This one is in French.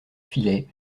filaient